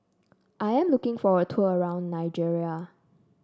I am looking for a tour around Nigeria